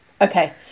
Okay